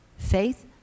Faith